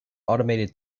automated